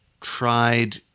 tried